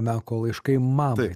meko laiškai mamai